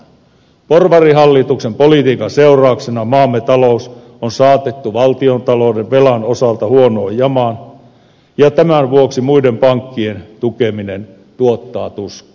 porvarihallituksen politiikan seurauksena maamme talous on saatettu valtiontalouden velan osalta huonoon jamaan ja tämän vuoksi muiden pankkien tukeminen tuottaa tuskaa